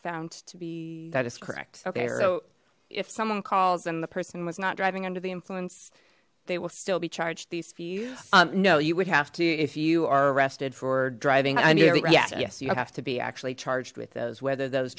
found to be that is correct okay so if someone calls and the person was not driving under the influence they will still be charged these for use um no you would have to if you are arrested for driving under yes yes you have to be actually charged with those whether those